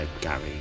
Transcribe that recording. Gary